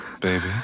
baby